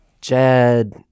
Jed